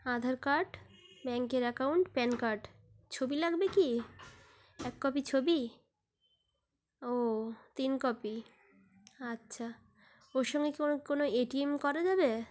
আধার card ব্যাংকের account PAN card ছবি লাগবে কি এক কপি ছবি ও তিন কপি আচ্ছা ওর সঙ্গে কোনো কোনো এ টি এম করা যাবে